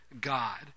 God